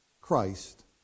Christ